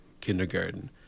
kindergarten